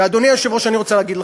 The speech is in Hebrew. ואדוני היושב-ראש, אני רוצה להגיד לך,